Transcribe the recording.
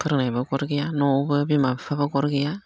फोरोंनायबो गद गैया न'आव बिमा बिफाफ्राबो गद गैया